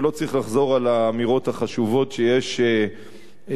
ולא צריך לחזור על האמירות החשובות שיש בדוח